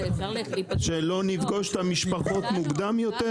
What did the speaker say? שלא נפגוש את המשפחות מוקדם יותר?